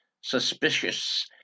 suspicious